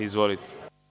Izvolite.